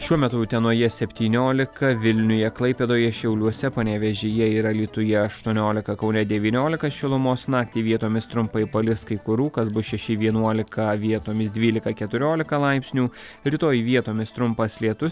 šiuo metu utenoje septyniolika vilniuje klaipėdoje šiauliuose panevėžyje ir alytuje aštuoniolika kaune devyniolika šilumos naktį vietomis trumpai palis kai kur rūkas bus šeši vienuolika vietomis dvylika keturiolika laipsnių rytoj vietomis trumpas lietus